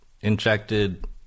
injected